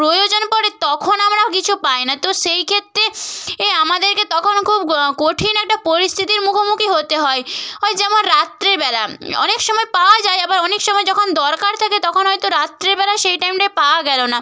প্রয়োজন পড়ে তখন আমরা কিছু পাই না তো সেই ক্ষেত্রে এ আমাদেরকে তখন খুব কঠিন একটা পরিস্থিতির মুখোমুখি হতে হয় ওই যেমন রাত্রেবেলা অনেক সময় পাওয়া যায় আবার অনেক সময় যখন দরকার থাকে তখন হয়তো রাত্রেবেলায় সেই টাইমটায় পাওয়া গেলো না